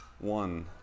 one